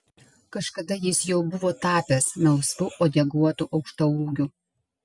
kažkada jis jau buvo tapęs melsvu uodeguotu aukštaūgiu